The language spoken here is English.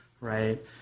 right